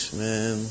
man